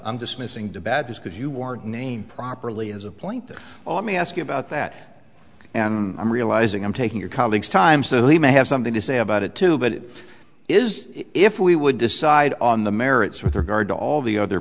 i'm dismissing bad news because you were named properly as a plaintiff on me ask you about that and i'm realizing i'm taking your colleague's time so he may have something to say about it too but it is if we would decide on the merits with regard to all the other